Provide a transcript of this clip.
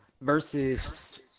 versus